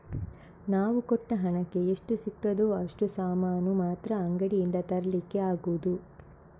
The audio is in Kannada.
ನಾವು ಕೊಟ್ಟ ಹಣಕ್ಕೆ ಎಷ್ಟು ಸಿಗ್ತದೋ ಅಷ್ಟು ಸಾಮಾನು ಮಾತ್ರ ಅಂಗಡಿಯಿಂದ ತರ್ಲಿಕ್ಕೆ ಆಗುದು